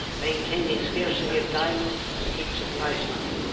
maintaining scarcity of diamonds keeps the price high.